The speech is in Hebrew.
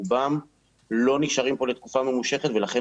רובם לא נשארים פה לתקופה ממושכת ולכן